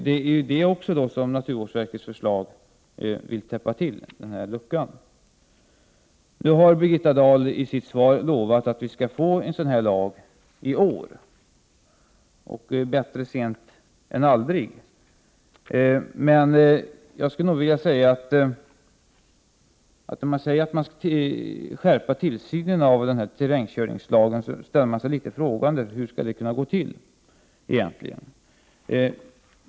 Det är också denna lucka som naturvårdsverket vill täppa till genom sitt förslag. Nu har Birgitta Dahl i sitt svar lovat att vi skall få en ändring i år. Bättre sent än aldrig, men beträffande att skärpa tillsynen av terrängkörningslagen ställer man sig litet frågande inför hur det egentligen skall kunna gå till.